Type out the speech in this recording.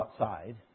outside